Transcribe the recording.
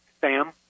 Sam